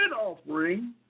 offering